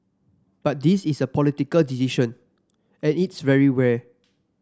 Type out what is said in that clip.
but this is a political decision and it's very rare